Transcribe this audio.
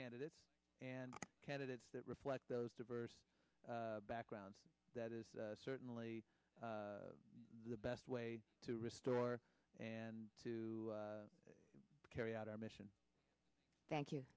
candidates and candidates that reflect those diverse background that is certainly the best way to restore and to carry out our mission thank you